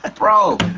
and bro,